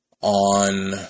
on